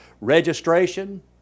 registration